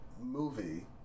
movie